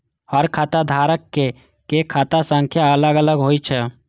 हर खाता धारक के खाता संख्या अलग अलग होइ छै